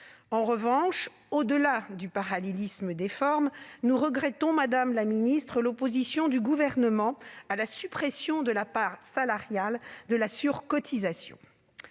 En revanche, au-delà du parallélisme des formes, nous regrettons, madame la ministre, l'opposition du Gouvernement à la suppression de la part salariale de cette surcotisation.